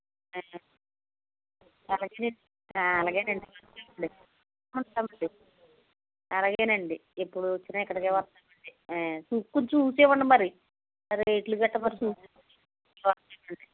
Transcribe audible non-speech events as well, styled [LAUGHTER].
అలాగేనండి అలాగేనండి వస్తానండి అలాగేనండి ఇప్పుడు వచ్చాను కదా కొంచెం చూసి ఇవ్వండి మరి రేట్లు గట్రా చూసు [UNINTELLIGIBLE]